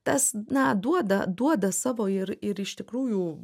tas na duoda duoda savo ir ir iš tikrųjų